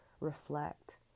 reflect